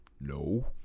No